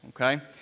Okay